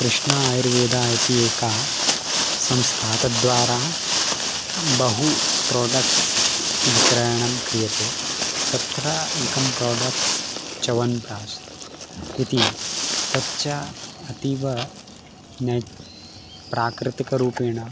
कृष्णा आयुर्वेदा इति एका संस्था तद्वारा बहु प्रोडक्ट्स् विक्रयणं क्रियते तत्र एकं प्रोडक्ट्स् चवन् प्राश् इति तच्च अतीव न च प्राकृतिकरूपेण